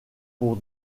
pour